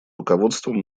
руководством